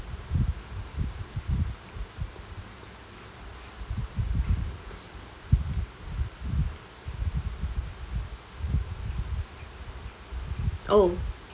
oh